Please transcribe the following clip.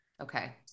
Okay